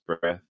breath